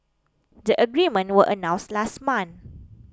the agreement was announced last month